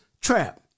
trap